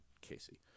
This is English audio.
Casey